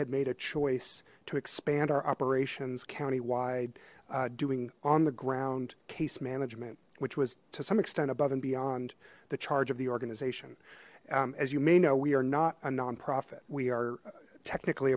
had made a choice to expand our operations countywide doing on the ground case management which was to some extent above and beyond the charge of the organization as you may know we are not a non profit we are technically